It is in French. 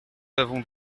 avons